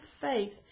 faith